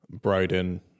Broden